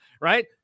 Right